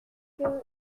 que